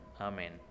amen